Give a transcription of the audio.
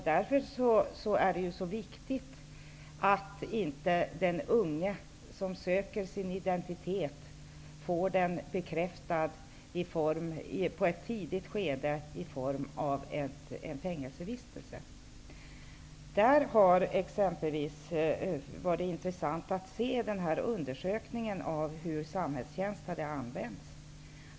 Därför är det viktigt att inte den unge, som söker sin identitet, i ett tidigt skede får den bekräftad i form av en fängelsevistelse. Det har varit intressant att studera undersökningen av hur samhällstjänsten har använts.